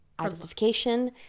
identification